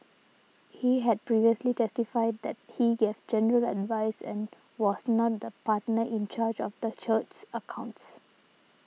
he had previously testified that he gave general advice and was not the partner in charge of the church's accounts